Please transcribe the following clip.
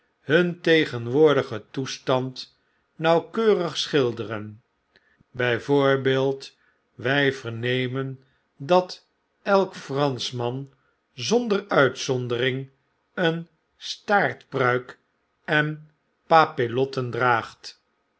hun tegenwoordigen toestand nauwkeurig schilderen bij voorbeeld wij vernemen dat elk franschman zonder uitzondering een staartpruik en papillotten draagt